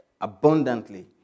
abundantly